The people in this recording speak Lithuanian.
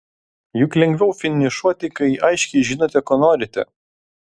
juk lengviau finišuoti kai aiškiai žinote ko norite